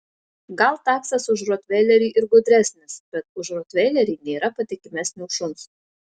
gal taksas už rotveilerį ir gudresnis bet už rotveilerį nėra patikimesnio šuns